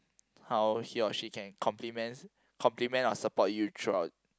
how he or she can complement complement or support you throughout